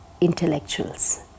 intellectuals